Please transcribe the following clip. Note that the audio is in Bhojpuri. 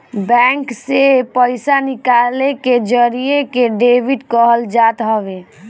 बैंक से पईसा निकाले के जरिया के डेबिट कहल जात हवे